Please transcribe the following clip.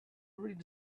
already